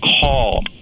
call